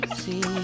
see